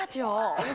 your